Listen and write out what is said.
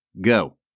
go